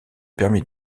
permis